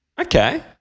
Okay